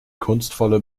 kunstvolle